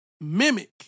mimic